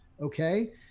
Okay